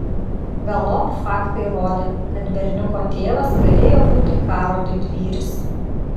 galop faktai rodė kad berniuko tėvas galėjo būti karo didvyris